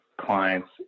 clients